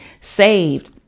saved